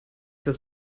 das